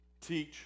teach